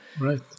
Right